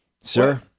Sir